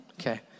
Okay